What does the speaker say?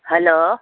hello